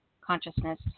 consciousness